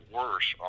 worse